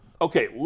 Okay